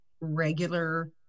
regular